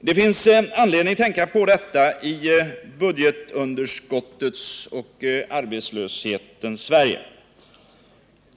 Det finns anledning att tänka på detta i budgetunderskottets och arbetslöshetens Sverige.